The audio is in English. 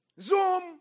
Zoom